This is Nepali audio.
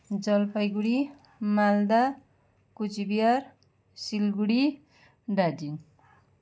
जलपाइगुढी मालदा कुचबिहार सिलगढी दार्जिलिङ